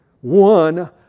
One